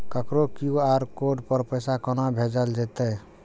ककरो QR code पर पैसा कोना भेजल जेतै?